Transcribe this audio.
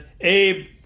Abe